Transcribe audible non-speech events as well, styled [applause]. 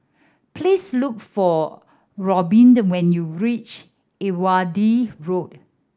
please look for Robyn [unintelligible] when you reach Irrawaddy Road